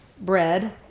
Bread